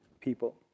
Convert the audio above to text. people